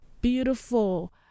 beautiful